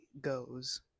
goes